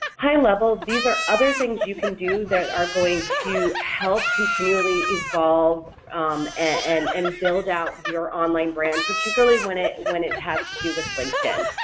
high level, these are other things you can do that are going to help continually evolve and and build out your online brand particularly when it when it has to do with linkedin.